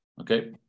okay